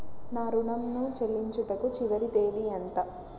నా ఋణం ను చెల్లించుటకు చివరి తేదీ ఎంత?